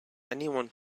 anyone